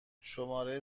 شماره